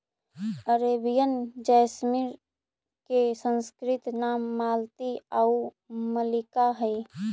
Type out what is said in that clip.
Arabian jasmine के संस्कृत नाम मालती आउ मल्लिका हइ